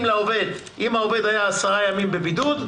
אם העובד היה 10 ימים בבידוד,